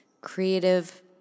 creative